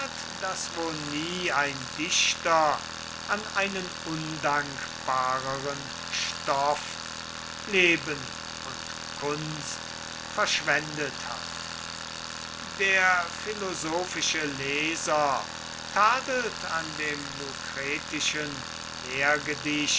daß wohl nie ein dichter an einen undankbareren stoff leben und kunst verschwendet hat der philosophische leser tadelt an dem lucretischen lehrgedicht